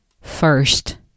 First